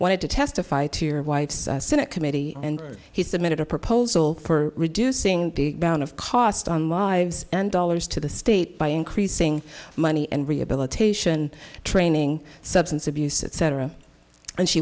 wanted to testify to your wife's senate committee and he submitted a proposal for reducing the amount of cost on lives and dollars to the state by increasing money and rehabilitation training substance abuse etc and she